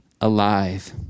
alive